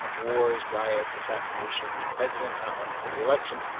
ah wars, riots, assassinations, presidents not running for reelection.